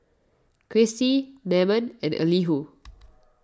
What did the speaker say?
Kristi Namon and Elihu